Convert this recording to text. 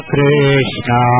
Krishna